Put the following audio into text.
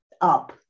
up